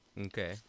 Okay